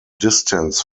distance